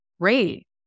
great